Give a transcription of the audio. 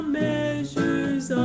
measures